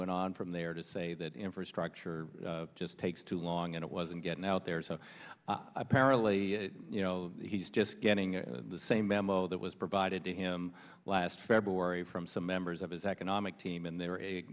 went on from there to say that infrastructure just takes too long and it wasn't getting out there so apparently you know he's just getting the same memo that was provided to him last february from some members of his economic team and there are a